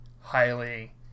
highly